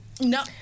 No